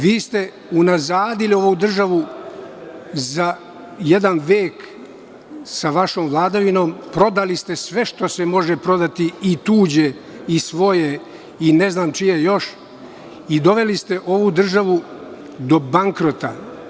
Vi ste unazadili ovu državu za jedan vek sa vašom vladavinom, prodali ste sve što se može prodati i tuđe i svoje i ne znam čije još i doveli ste ovu državu do bankrota.